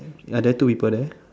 ya then two people there